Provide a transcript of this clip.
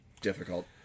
difficult